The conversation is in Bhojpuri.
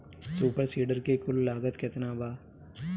सुपर सीडर के कुल लागत केतना बा?